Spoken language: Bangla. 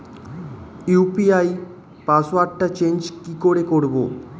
ইউ.পি.আই পাসওয়ার্ডটা চেঞ্জ করে কি করে?